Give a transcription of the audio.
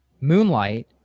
moonlight